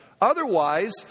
Otherwise